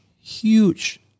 huge